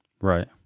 Right